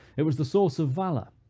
it was the source of valor,